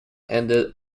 ended